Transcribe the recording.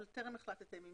אבל טרם החלטתם אם